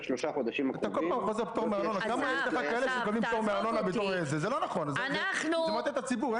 זה לא נכון, זה מטעה את הציבור.